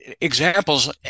examples